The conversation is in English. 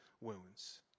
wounds